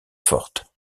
forte